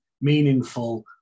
meaningful